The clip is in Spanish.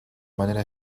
manera